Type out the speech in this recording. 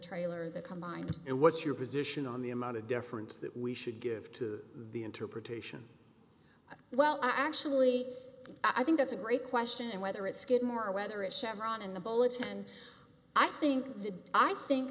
trailer the combined and what's your position on the amount of difference that we should give to the interpretation well actually i think that's a great question and whether it's skidmore or whether it's chevron in the bulletin i think that i think